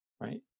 right